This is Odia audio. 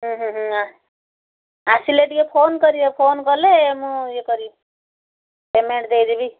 ହୁଁ ହୁଁ ହୁଁ ଆସିଲେ ଟିକେ ଫୋନ୍ କରିବ ଫୋନ୍ କଲେ ମୁଁ ଇଏ କରିବି ପେମେଣ୍ଟ ଦେଇଦେବି